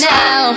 now